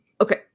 Okay